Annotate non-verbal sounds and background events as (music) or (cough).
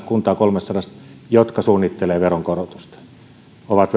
(unintelligible) kuntaa kolmestasadasta jotka suunnittelevat veronkorotusta ovat (unintelligible)